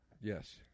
Yes